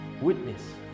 witness